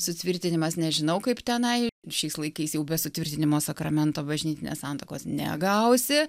sutvirtinimas nežinau kaip tenai šiais laikais jau be sutvirtinimo sakramento bažnytinės santuokos negausi